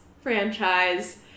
franchise